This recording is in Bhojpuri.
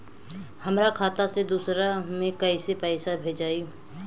हमरा खाता से दूसरा में कैसे पैसा भेजाई?